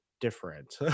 different